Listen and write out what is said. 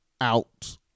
out